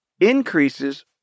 increases